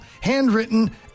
handwritten